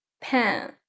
pen